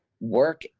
work